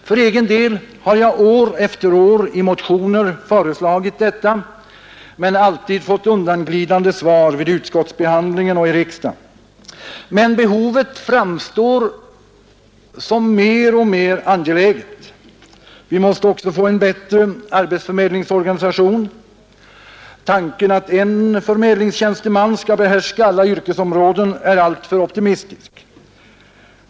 För egen del har jag år efter år i motioner föreslagit detta men alltid fått undanglidande svar vid behandlingen i utskott och kammare, men behovet framstår som mer och mer angeläget. Vi måste också få en bättre arbetsförmedlingsorganisation. Tanken att en förmedlingstjänsteman skall behärska alla yrkesområden är alltför optimistisk.